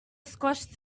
squashed